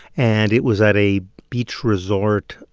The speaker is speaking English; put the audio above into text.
and it was at a beach resort,